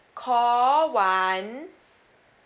call one